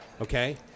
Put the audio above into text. Okay